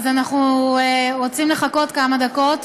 אז אנחנו רוצים לחכות כמה דקות,